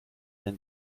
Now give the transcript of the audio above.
den